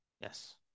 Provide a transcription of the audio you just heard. Yes